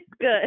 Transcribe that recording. good